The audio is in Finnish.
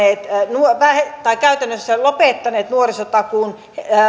käytännössä lopettaneet nuorisotakuun